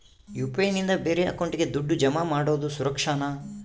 UPI ನಿಂದ ಬೇರೆ ಅಕೌಂಟಿಗೆ ದುಡ್ಡು ಜಮಾ ಮಾಡೋದು ಸುರಕ್ಷಾನಾ?